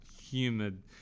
humid